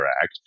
Act